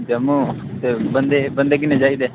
जम्मू बन्दे बन्दे किन्ने चाहिदे